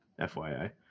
FYI